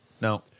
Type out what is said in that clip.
No